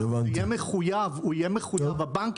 הבנק יהיה מחויב --- שמעתי,